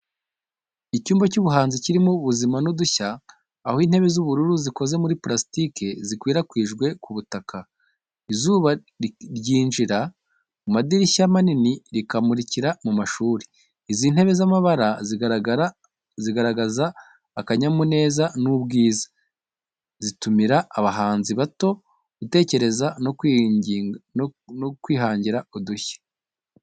Icyumba cy’ubuhanzi kirimo ubuzima n’udushya, aho intebe z’ubururu zikoze mu purasitike zikwirakwijwe ku butaka. Izuba ryinjira mu madirishya manini, rikamurikira mu ishuri. Izi ntebe z’amabara zigaragaza akanyamuneza n'ubwiza, zitumira abahanzi bato, gutekereza no kwihangira udushya.